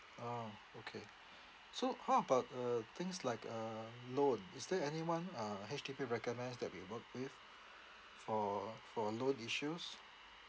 orh okay so how about uh things like a loan is there anyone uh H_D_B recommends that they work with for for loan issues